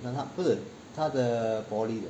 不是他的 poly 的